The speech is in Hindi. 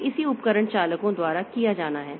तो इसी उपकरण चालकों द्वारा किया जाना है